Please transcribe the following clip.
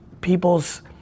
people's